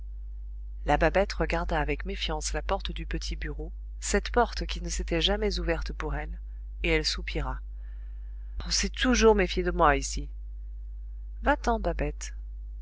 la babette regarda avec méfiance la porte du petit bureau cette porte qui ne s'était jamais ouverte pour elle et elle soupira on s'est toujours méfié de moi ici va-t'en babette